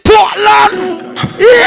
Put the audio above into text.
Portland